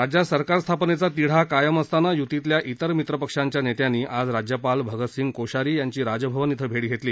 राज्यात सरकार स्थापनेचा तिढा कायम असताना युतीतल्या इतर मित्रपक्षांच्या नेत्यांनी आज राज्यपाल भगतसिंग कोश्यारी यांची राजभवन इथं भेट घेतली